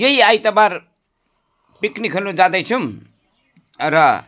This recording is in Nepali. यही आइतबार पिक्निक खेल्नु जाँदैछौँ र